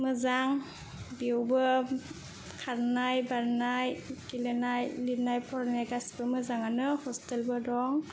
मोजां बेयावबो खारनाय बारनाय गेलेनाय लिरनाय फरायनाय गोसिबो मोजाङानो हस्टेलबो दं